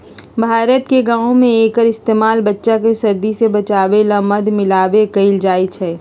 भारत के गाँव में एक्कर इस्तेमाल बच्चा के सर्दी से बचावे ला मध मिलाके कएल जाई छई